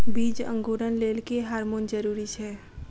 बीज अंकुरण लेल केँ हार्मोन जरूरी छै?